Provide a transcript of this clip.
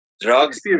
drugs